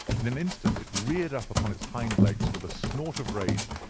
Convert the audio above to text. in an instant it reared up upon its hind legs with a snort of rage,